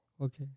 okay